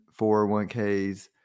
401ks